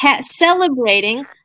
celebrating